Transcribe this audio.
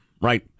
right